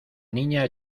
niña